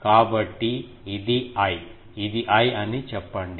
కాబట్టి ఇది I ఇది I అని చెప్పండి